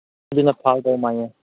ꯑꯗꯨꯅ ꯐꯒꯗꯧ ꯃꯥꯜꯂꯦ